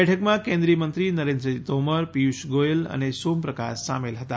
બેઠકમાં કેન્દ્રિય મંત્રી નરેન્દ્રસિંહ તોમર પીયુષ ગોયલ અને સોમ પ્રકાશ સામેલ હતા